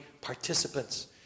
participants